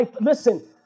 listen